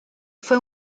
fue